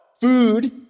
Food